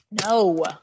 No